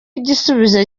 igisubizo